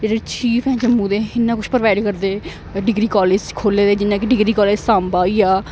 जेह्ड़े चीफ ऐ जम्मू दे इन्ना प्रोवाइड करदे डिग्री कालेज़ खोह्ले दे जियां कि डिग्री कालेज सांबा होई गेआ